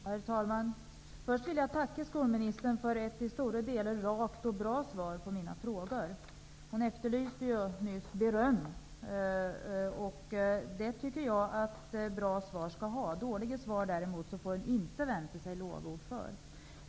Herr talman! Jag vill först tacka skolministern för ett i stora delar rakt och bra svar på mina frågor. Skolministern efterlyste ju beröm, vilket jag också tycker att bra svar skall ha. Dåliga svar skall inte ha några lovord.